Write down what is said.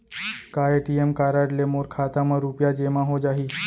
का ATM card ले मोर खाता म रुपिया जेमा हो जाही?